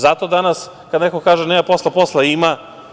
Zato danas kada neko kaže – nema posla, posla ima.